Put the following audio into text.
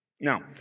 Now